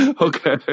Okay